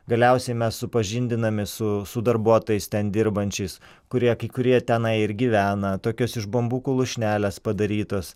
galiausiai mes supažindinami su su darbuotojais ten dirbančiais kurie kai kurie tenai ir gyvena tokios iš bambukų lūšnelės padarytos